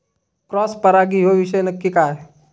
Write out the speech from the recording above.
Cross परागी ह्यो विषय नक्की काय?